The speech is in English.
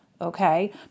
okay